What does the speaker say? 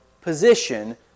position